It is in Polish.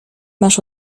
masz